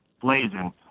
blazing